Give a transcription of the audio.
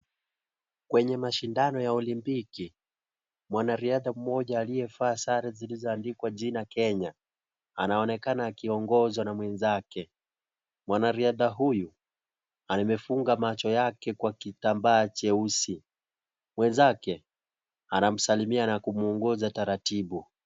Kwenye mashindano ya olimbiki mwanariadha mmoja aliyevaa Sare zilizoandikwa jina Kenya anaonekana akiongozwa na mwenzake. Mwanariadha huyu amefunga macho Kwa kitambaa cheusi mwenzake anamsalimia na kumwongoza taratibu.